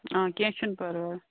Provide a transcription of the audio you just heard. آ کیٚنہہ چھُنہٕ پَرواے